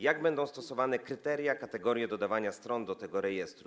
Jak będą stosowane kryteria, kategorie dodawania stron do rejestru?